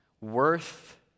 worth